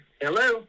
hello